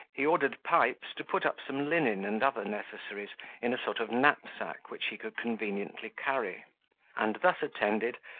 he ordered pipes to put up some linen and other necessaries in a sort of knapsack, which he could conveniently carry and, thus attended,